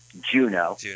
Juno